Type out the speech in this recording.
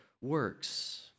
works